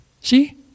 See